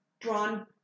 drawn